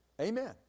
Amen